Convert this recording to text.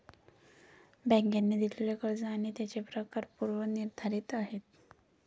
बँकांनी दिलेली कर्ज आणि त्यांचे प्रकार पूर्व निर्धारित आहेत